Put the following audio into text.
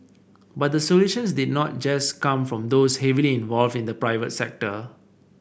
but the solutions did not just come from those heavily involved in the private sector